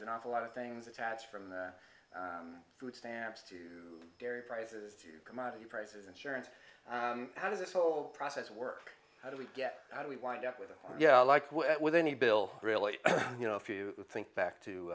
there's an awful lot of things attached from the food stamps to dairy prices to commodity prices insurance how does this whole process work how do we get how do we wind up with a yeah like with any bill really you know if you think back to